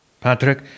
Patrick